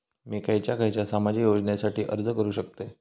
मी खयच्या खयच्या सामाजिक योजनेसाठी अर्ज करू शकतय?